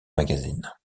magazine